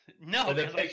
no